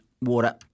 water